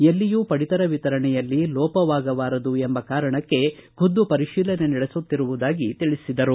ಎಲ್ಲಿಯೂ ಪಡಿತರ ವಿತರಣೆಯಲ್ಲಿ ಲೋಪವಾಗಬಾರದು ಎಂಬ ಕಾರಣಕ್ಕೆ ಖುದ್ಗು ಪರಿಶೀಲನೆ ನಡೆಸುತ್ತಿರುವುದಾಗಿ ತಿಳಿಸಿದರು